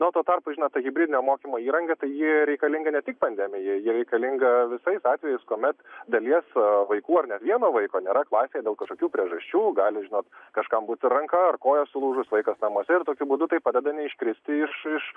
na o tuo tarpu žinot ta hibridinė mokymo įranga tai ji reikalinga ne tik pandemijai ji reikalinga visais atvejais kuomet dalies vaikų ar net vieno vaiko nėra klasėje dėl kažkokių priežasčių gali žinot kažkam būt ir ranka ar koja sulūžus vaikas namuose ir tokiu būdu tai padeda neiškristi iš iš